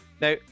Now